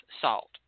salt